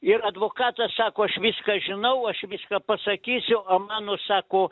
ir advokatas sako aš viską žinau aš viską pasakysiu o mano sako